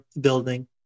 building